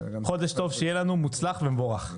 חודש טוב שיהיה לנו, מוצלח ומבורך.